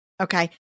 Okay